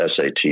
SAT